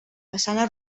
façana